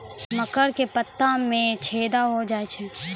मकर के पत्ता मां छेदा हो जाए छै?